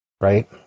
right